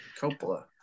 Coppola